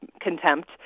contempt